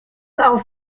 auf